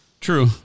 True